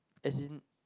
as in